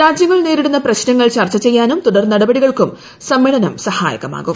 രാജ്യങ്ങൾ നേരിടുന്ന പ്രശ്നങ്ങൾ ചർച്ച ചെയ്യാനും തുടർ നടപടിക്കും സമ്മേളനം സഹായകമാകും